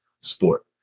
sport